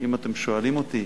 אם אתם שואלים אותי